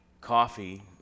coffee